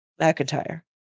McIntyre